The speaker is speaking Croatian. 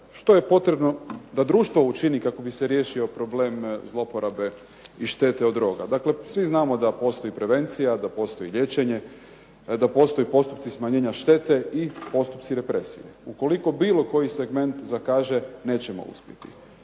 što je potrebno da društvo učini kako bi se riješio problem zlouporabe i štete od droga. Dakle, svi znamo da postoji prevencija, da postoji liječenje, da postoje postupci smanjenja štete i postupci represije. Ukoliko bilo koji segment zakaže nećemo uspjeti.